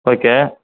okay